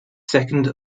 second